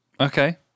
okay